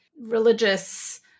religious